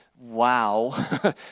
wow